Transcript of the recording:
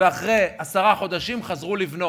ואחרי עשרה חודשים חזרו לבנות,